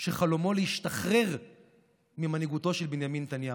שחלומו להשתחרר ממנהיגותו של בנימין נתניהו.